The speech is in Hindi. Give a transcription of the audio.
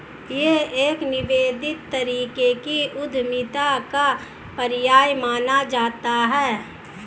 यह एक निवेदित तरीके की उद्यमिता का पर्याय माना जाता रहा है